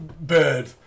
Bird